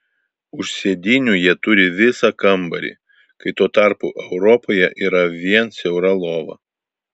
už sėdynių jie turi visą kambarį kai tuo tarpu europoje yra vien siaura lova